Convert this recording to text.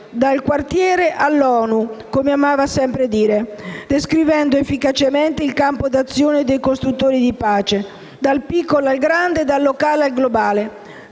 «Dal quartiere all'Onu» amava dire sempre - e descriveva efficacemente il campo d'azione dei costruttori di pace: dal piccolo al grande, dal locale al globale.